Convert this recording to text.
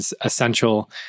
essential